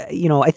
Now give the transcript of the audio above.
you know, at the